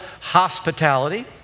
hospitality